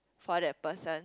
for that person